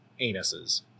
anuses